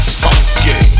funky